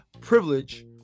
privilege